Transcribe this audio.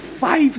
five